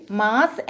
mass